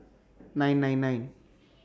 nine nine nine